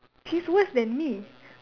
she's worst than me